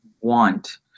want